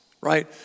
right